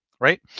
Right